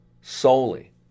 solely